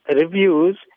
reviews